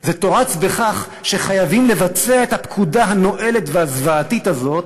זה תורץ בכך שחייבים לבצע את הפקודה הנואלת והזוועתית הזאת